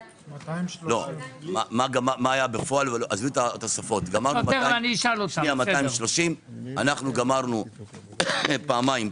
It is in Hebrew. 230. גמרנו פעמיים,